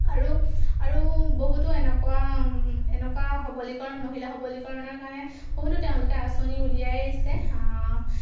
আৰু আৰু বহুতো এনেকুৱা এনেকুৱা সবলীকৰণ মহিলা সবলীকৰণৰ কাৰণে বহুতো তেওঁলোকে আঁচনি উলিয়াই আহিছে